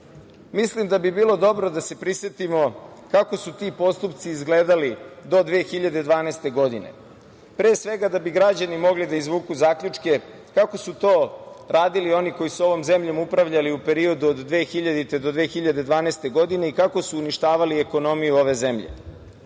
Srbije. Mislim da bi bilo dobro da se prisetimo kako su ti postupci izgledali do 2012. godine, pre svega da bi građani mogli da izvuku zaključke kako su to radili oni koji su ovom zemljom upravljali u periodu od 2000. do 2012. godine i kako su uništavali ekonomiju ove zemlje.